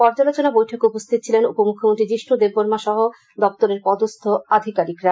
পর্যালোচনা বৈঠকে উপস্থিত ছিলেন উপমুখ্যমন্ত্রী যীষ্ণু দেববর্মা সহ দপ্তরের পদস্থ আধিকারিকরা